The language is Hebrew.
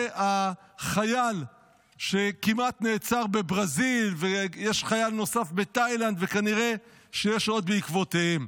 החייל שכמעט נעצר בברזיל ויש חייל נוסף בתאילנד וכנראה יש עוד בעקבותיהם.